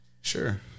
Sure